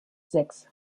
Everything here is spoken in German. sechs